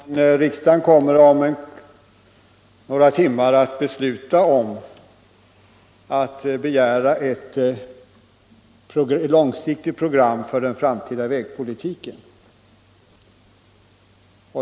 Herr talman! Riksdagen kommer om några timmar att fatta beslut om att begära ett långsiktigt program för den framtida vägpolitiken.